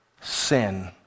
sin